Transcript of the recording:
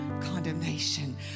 condemnation